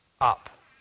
up